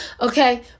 Okay